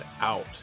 out